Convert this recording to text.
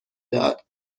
داد